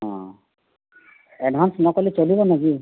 ହଁ ଆଡ଼ଭାନ୍ସ୍ ନକଲେ ଚଲିବନି କି